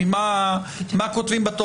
אני כבר אומר לכם שיש רשימה סגורה של זכאים.